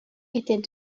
était